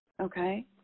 okay